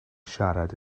siarad